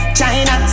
China